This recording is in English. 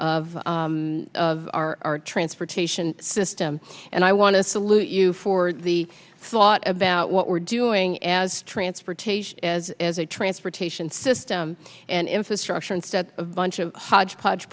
of our transportation system and i want to salute you for the thought about what we're doing as transportation as as a transportation system and infrastructure instead of a bunch of hodgepodge